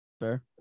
Fair